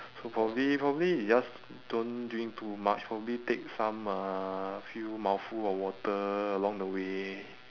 so probably probably you just don't drink too much probably take some uh few mouthful of water along the way